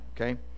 okay